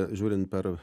žiūrint per